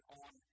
on